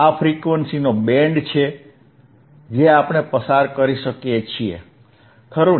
આ ફ્રીક્વન્સીનો બેન્ડ છે જે આપણે પસાર કરી શકીએ છીએ ખરું ને